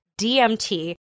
DMT